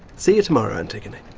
see you tomorrow, antigone.